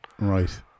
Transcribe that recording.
Right